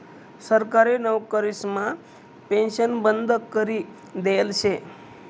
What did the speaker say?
सरकारी नवकरीसमा पेन्शन बंद करी देयेल शे